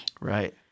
right